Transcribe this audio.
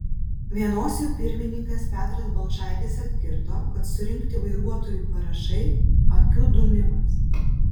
vienos jų pirmininkas petras balčaitis atkirto kad surinkti vairuotojų parašai akių dūmimas